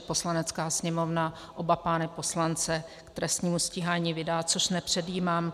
Poslanecká sněmovna oba pány poslance k trestnímu stíhání vydá, což nepředjímám.